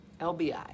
LBI